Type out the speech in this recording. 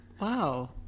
Wow